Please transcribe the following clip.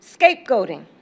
scapegoating